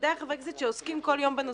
בוודאי חברי הכנסת שעוסקים כל יום בנושא.